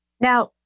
Now